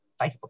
Facebook